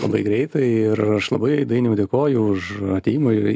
labai greitai ir aš labai dainiau dėkoju už atėjimą